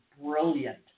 brilliant